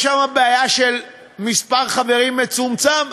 יש שם בעיה של מספר חברים מצומצם.